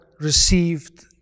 received